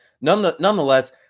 Nonetheless